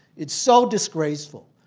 it's so disgraceful,